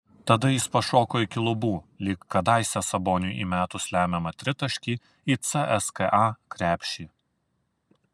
tada jis pašoko iki lubų lyg kadaise saboniui įmetus lemiamą tritaškį į cska krepšį